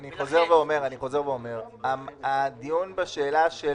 אני חוזר ואומר, הדיון בשאלה של